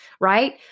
right